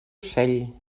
ocell